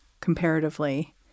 comparatively